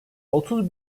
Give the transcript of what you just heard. otuz